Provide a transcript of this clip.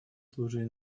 служили